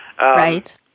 right